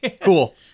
Cool